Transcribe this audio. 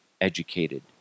educated